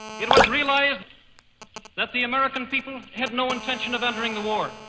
it was realized that the american people had no intention of entering the war.